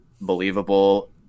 believable